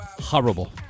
Horrible